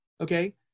Okay